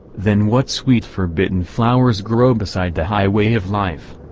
then what sweet forbidden flowers grow beside the highway of life.